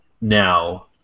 Now